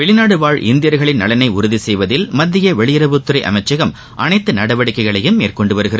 வெளிநாடு வாழ் இந்தியர்களின் நலனை உறுதி செய்வதில் மத்திய வெளியுறவுத்துறை அமைச்சகம் அனைத்து நடவடிக்கைகளையும் மேற்கொண்டு வருகிறது